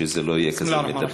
שזה לא יהיה כזה מידבק.